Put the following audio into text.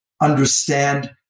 understand